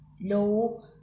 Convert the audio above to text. low